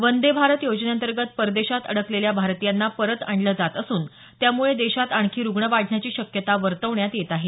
वंदे भारत योजनेअंतर्गत परदेशात अडकलेल्या भारतीयांना परत आणलं जात असून त्यामुळे देशात आणखी रुग्ण वाढण्याची शक्यता वर्तवण्यात येत आहे